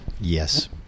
Yes